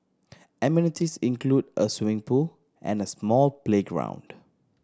amenities include a swimming pool and small playground